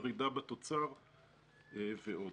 ירידה בתוצר ועוד.